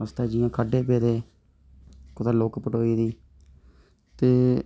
रस्ते जि'यां खड्डें पेदे कुदै लोक पटोई दी ते